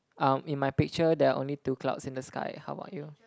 um in my picture there are only two clouds in the sky how about you